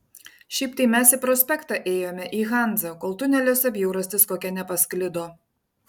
šiaip tai mes į prospektą ėjome į hanzą kol tuneliuose bjaurastis kokia nepasklido